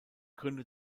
gründe